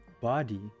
body